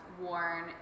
worn